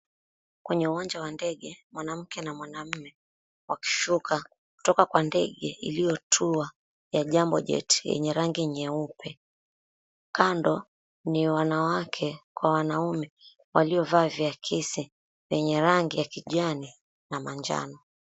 Kwenye uwanja wa ndege, mwanamke na mwanaume wakishuka kutoka kwa ndege iliotua ya Jambojet yenye rangi nyeupe. Kando ni wanawake kwa wanaume waliovaa viakisi vyenye rangi ya kijani na manjano.